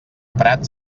prats